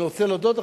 אני רוצה להודות לך,